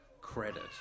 credit